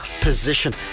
position